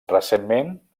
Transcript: recentment